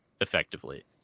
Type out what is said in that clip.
effectively